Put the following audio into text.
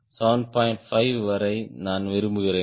5 வரை நான் விரும்புகிறேன்